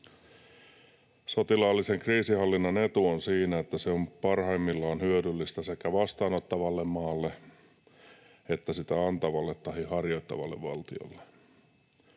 Sotilaallisen kriisinhallinnan etu on siinä, että se on parhaimmillaan hyödyllistä sekä vastaanottavalle maalle että sitä antavalle tai harjoittavalle valtiolle.